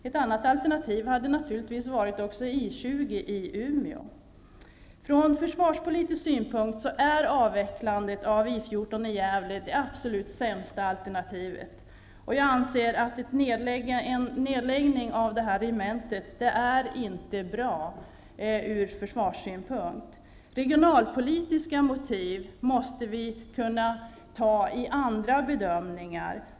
Ett annat alternativ hade naturligtvis varit I 20 Från försvarspolitisk synpunkt är avvecklandet av I 14 i Gävle det absolut sämsta alternativet, och jag anser att en nedläggning av det regementet inte är bra ur försvarssynpunkt. Det måste vara möjligt att ta hänsyn till regionalpolitiska motiv i andra bedömningar.